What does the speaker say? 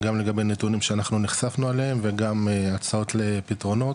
גם לגבי נתונים שאנחנו נחשפנו אליהם וגם הצעות לפתרונות.